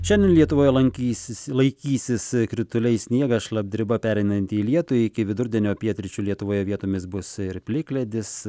šiandien lietuvoje lankysis laikysis krituliai sniegas šlapdriba pereinanti į lietų iki vidurdienio pietryčių lietuvoje vietomis bus ir plikledis